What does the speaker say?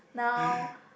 now